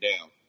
down